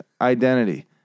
identity